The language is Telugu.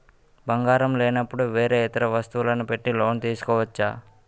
బంగారం లేనపుడు వేరే ఇతర వస్తువులు పెట్టి లోన్ తీసుకోవచ్చా?